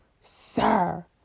sir